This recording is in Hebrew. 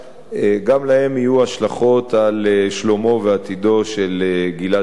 גם להן יהיו השלכות על שלומו ועתידו של גלעד שליט.